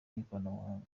n’ikoranabuhanga